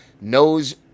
knows